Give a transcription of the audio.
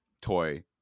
toy